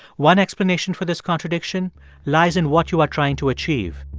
one explanation for this contradiction lies in what you are trying to achieve.